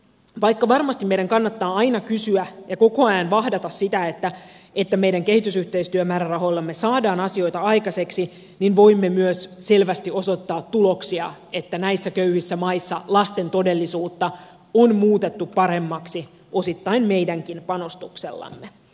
vaikka varmasti meidän kannattaa koko ajan vahdata sitä että meidän kehitysyhteistyömäärärahoillamme saadaan asioita aikaiseksi niin voimme myös selvästi osoittaa tuloksia että näissä köyhissä maissa lasten todellisuutta on muutettu paremmaksi osittain meidänkin panostuksellamme